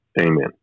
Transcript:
Amen